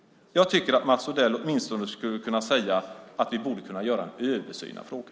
Jag tycker att Mats Odell åtminstone skulle kunna säga att vi borde kunna göra en översyn av frågan.